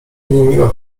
niemiła